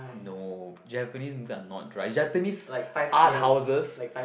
no Japanese are not dry Japanese art houses